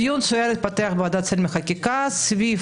דיון סוער התפתח בוועדת שרים לחקיקה סביב